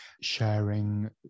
sharing